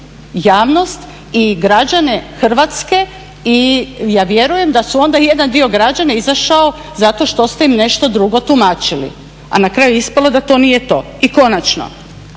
javnost i građane Hrvatske i ja vjerujem da su onda jedan dio građana izašao zato što ste im nešto drugo tumačili a na kraju ispalo da to nije to. I končano,